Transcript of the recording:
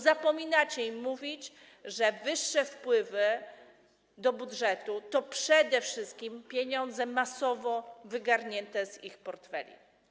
Zapominacie im mówić, że wyższe wpływy do budżetu to przede wszystkim pieniądze masowo wygarnięte z ich portfeli.